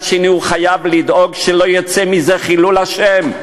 שני הוא חייב לדאוג שלא יצא מזה חילול השם.